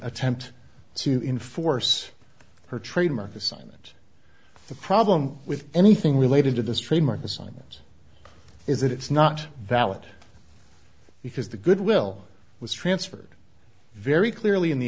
attempt to enforce her trademark assignment the problem with anything related to this trademark assignment is that it's not valid because the goodwill was transferred very clearly in the